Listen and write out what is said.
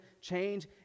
change